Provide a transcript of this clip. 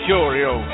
Curio